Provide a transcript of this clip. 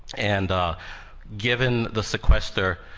and ah given the sequester,